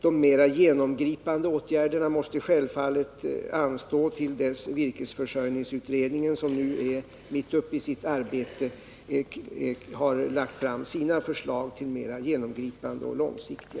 De mera genomgripande åtgärderna måste självfallet anstå till dess att virkesförsörjningsutredningen, som är mitt uppe i sitt arbete, har lagt fram sina förslag.